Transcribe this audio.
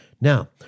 Now